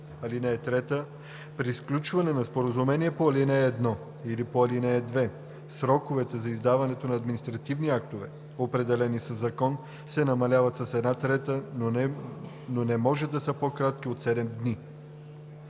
(3) При сключване на споразумение по ал. 1 или по ал. 2 сроковете за издаването на административни актове, определени със закон, се намаляват с една трета, но не може да са по-кратки от 7 дни.“